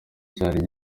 cyari